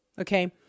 Okay